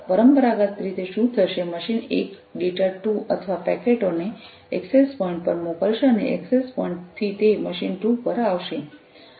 પરંપરાગત રીતે શું થશે મશીન એક ડેટા 2 અથવા પેકેટો ને એક્સેસ પોઈન્ટ પર મોકલશે અને એક્સેસ પોઈન્ટ થી તે મશીન 2 પર આવશે